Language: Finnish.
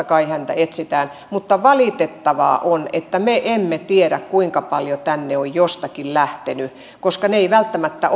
kai häntä etsitään mutta valitettavaa on että me emme tiedä kuinka paljon tänne on jostakin lähtenyt koska he eivät välttämättä